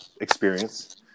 experience